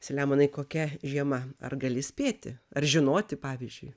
selemonai kokia žiema ar gali spėti ar žinoti pavyzdžiui